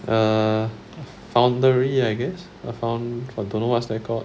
err foundery I guess a found I don't know what's that called